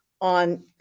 on